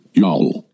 y'all